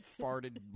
farted